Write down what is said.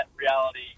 reality